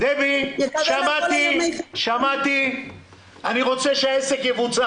יקוזזו מימי החופשה של העובד ארבעה ימים שווי